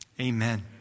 amen